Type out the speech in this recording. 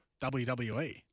WWE